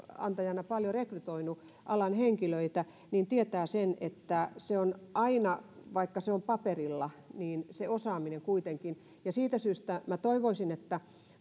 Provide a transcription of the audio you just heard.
työnantajana paljon rekrytoinut alan henkilöitä tietää se on aina vaikka se on paperilla niin se osaaminen kuitenkin siitä syystä toivoisin että